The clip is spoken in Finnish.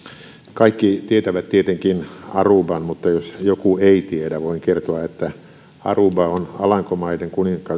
kaikki tietävät tietenkin aruban mutta jos joku ei tiedä voin kertoa että aruba on alankomaiden